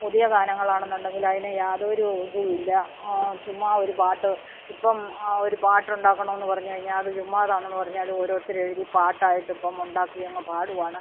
പുതിയ ഗാനങ്ങളാണെന്നുണ്ടെങ്കില് അയിന് യാതോരു ഇത് ഇല്ല ചുമ്മാ ഒരു പാട്ട് ഇപ്പം ഒരു പാട്ടുണ്ടാക്കണമെന്നു പറഞ്ഞു കഴിഞ്ഞാൽ അത് ചുമ്മാതാണെന്ന് പറഞ്ഞാലും ഓരോരുത്തര് എഴുതി പാട്ടായിട്ടും ഇപ്പം ഉണ്ടാക്കിയങ്ങ് പാടുവാണ്